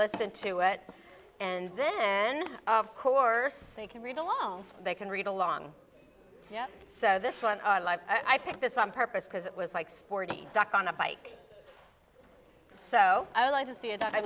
listen to it and then of course they can read along they can read along yes so this one i like i picked this on purpose because it was like forty duck on a bike so i like to see it i